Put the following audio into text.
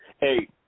Hey